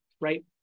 right